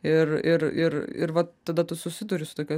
ir ir ir ir vat tada tu susiduri su tokia